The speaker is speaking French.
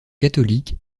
catholique